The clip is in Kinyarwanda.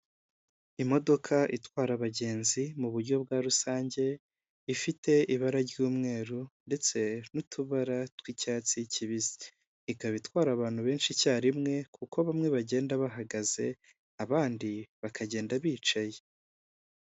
Imodoka itwara abagenzi mu buryo bwa rusange ifite ibara ry'umweru ndetse n'utubara tw'icyatsi kibisi, ikaba itwara abantu benshi icyarimwe kuko bamwe bagenda bahagaze, abandi bakagenda bicaye.